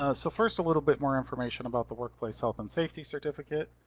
ah so first a little bit more information about the workplace health and safety certificate.